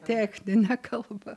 technine kalba